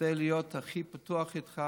כדי להיות הכי פתוח איתך